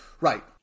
Right